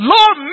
Lord